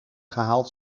gehaald